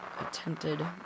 attempted